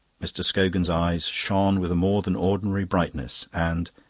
mr. scogan's eyes shone with a more than ordinary brightness, and,